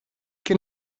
can